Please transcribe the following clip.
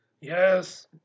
Yes